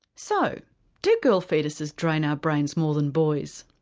so do girl foetuses drain our brains more than boys?